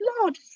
lord